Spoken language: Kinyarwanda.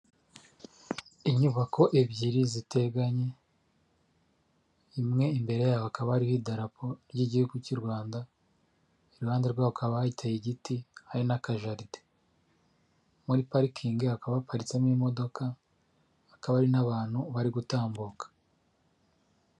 Inyubako ebyiri ziteganye imwe imbere yabo hakaba hariho idarapo ry'igihugu cy'u rwanda iruhande rwaho hakaba hateye igiti hari na akajaride, muri parikingi hakaba haparitsemo imodoka hakaba hari n'abantu bari gutambuka.